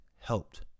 helped